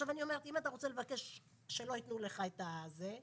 אם אתה רוצה לבקש שלא יתנו לך את זה,